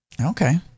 Okay